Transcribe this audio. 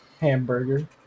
Hamburger